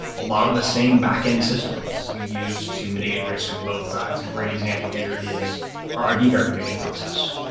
a lot of the same backend systems we use to mitigate risk of both sides. a great example here is our id verification process.